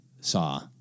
saw